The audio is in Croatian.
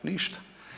Ništa.